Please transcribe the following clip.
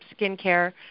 skincare